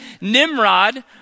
Nimrod